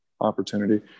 opportunity